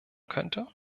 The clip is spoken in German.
könnte